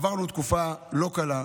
עברנו תקופה לא קלה.